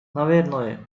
наверное